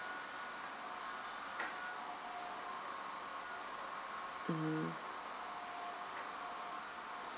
mm